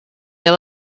were